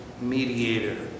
mediator